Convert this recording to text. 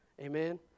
Amen